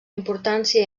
importància